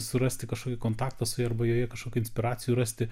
surasti kažkokį kontaktą su ja arba joje kažkokių inspiracijų rasti